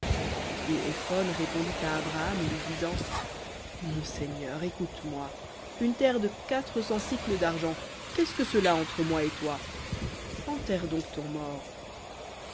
et éphron répondit à abraham lui disant mon seigneur écoute-moi une terre de quatre cents sicles d'argent qu'est-ce que cela entre moi et toi enterre donc ton mort